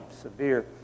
severe